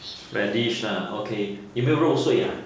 raddish lah okay 有没有肉碎 ah